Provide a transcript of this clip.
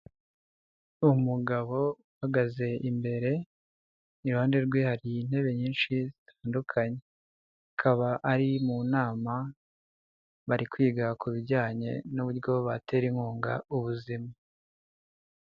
Umugabo uhagaze imbere, iruhande rwe hari intebe nyinshi zitandukanye, akaba ari mu nama, bari kwiga ku bijyanye n'uburyo batera inkunga ubuzima.